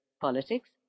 politics